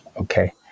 Okay